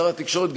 שר התקשורת,